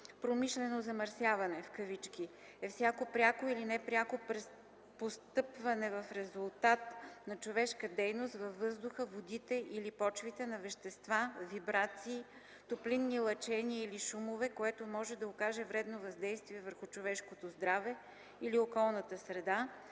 „Промишлено замърсяване" е всяко пряко или непряко постъпване в резултат на човешка дейност във въздуха, водите или почвите на вещества, вибрации, топлинни лъчения или шумове, което може да окаже вредно въздействие върху човешкото здраве или околната среда,